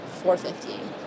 $450